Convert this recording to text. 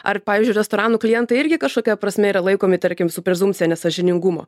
ar pavyzdžiui restoranų klientai irgi kažkokia prasme yra laikomi tarkim su prezumpcija nesąžiningumo